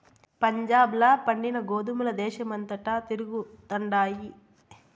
పంజాబ్ ల పండిన గోధుమల దేశమంతటా తిరుగుతండాయి